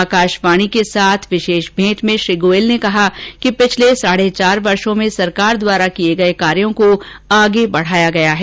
आकाशवाणी के साथ विशेष भेंट में श्री गोयल ने कहा कि पिछले साढ़े चार वर्षो में सरकार द्वारा किए गए कार्यो को आगे बढ़ाया गया है